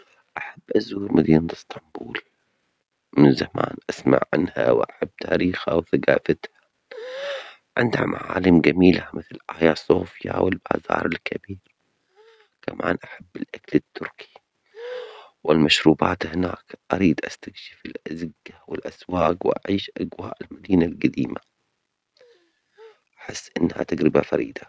أحب أزور مدينة أسطنبول من زمان أسمع عنها وأحب تاريخها وثجافتها، عندها معالم جميلة آيا صوفيا والآثار الكبيرة، كمان أحب الأكل التركي والمشروبات هناك، أريد أستكشف الأزجة والأسواج وأعيش أجواء المدينة الجديمة أحس أنها تجربة فريدة.